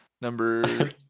number